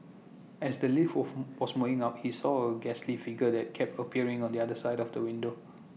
as the lift was moving up he saw A ghastly figure that kept appearing on the other side of the window